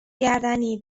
گردنی